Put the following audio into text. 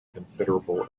considerable